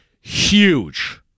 huge